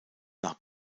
nach